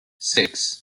six